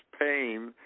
pain